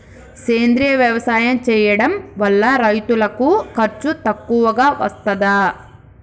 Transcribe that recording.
సేంద్రీయ వ్యవసాయం చేయడం వల్ల రైతులకు ఖర్చు తక్కువగా వస్తదా?